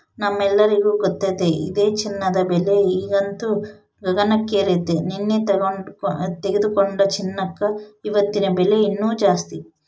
ನಮ್ಮೆಲ್ಲರಿಗೂ ಗೊತ್ತತೆ ಇದೆ ಚಿನ್ನದ ಬೆಲೆ ಈಗಂತೂ ಗಗನಕ್ಕೇರೆತೆ, ನೆನ್ನೆ ತೆಗೆದುಕೊಂಡ ಚಿನ್ನಕ ಇವತ್ತಿನ ಬೆಲೆ ಇನ್ನು ಜಾಸ್ತಿ